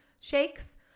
shakes